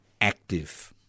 active